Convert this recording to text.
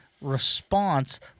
response